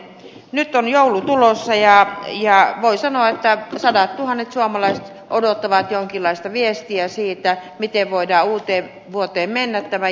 nyt on joulu tulossa ja voi sanoa että sadattuhannet suomalaiset odottavat jonkinlaista viestiä siitä miten voidaan uuteen vuoteen mennä tämän jätevesiasian kanssa